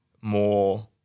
more